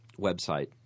website